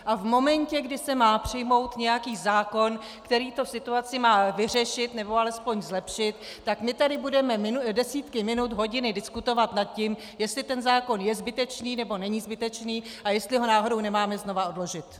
A v momentě, kdy se má přijmout nějaký zákon, který tu situaci má vyřešit, nebo alespoň zlepšit, tak my tady budeme desítky minut, hodiny diskutovat nad tím, jestli ten zákon je zbytečný, nebo není zbytečný a jestli ho náhodou nemáme znova odložit!